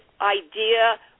idea